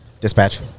Dispatch